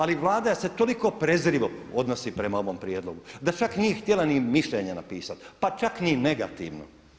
Ali Vlada se toliko prezrivo odnosi prema ovom prijedlogu, da čak nije htjela ni mišljenje napisati, pa čak ni negativno.